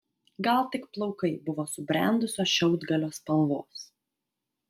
gal tik plaukai buvo subrendusio šiaudgalio spalvos